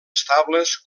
estables